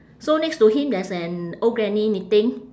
so next to him there's an old granny knitting